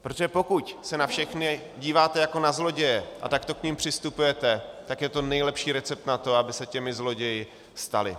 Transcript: Protože pokud se na všechny díváte jako na zloděje a takto k nim přistupujete, tak je to nejlepší recept na to, aby se těmi zloději stali.